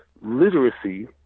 literacy